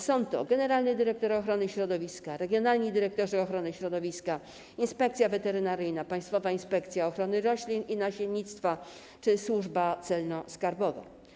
Są to: generalny dyrektor ochrony środowiska, regionalni dyrektorzy ochrony środowiska, Inspekcja Weterynaryjna, Państwowa Inspekcja Ochrony Roślin i Nasiennictwa oraz Służba Celno-Skarbowa.